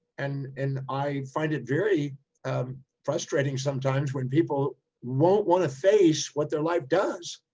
and and i find it very frustrating sometimes when people won't want to face what their life does,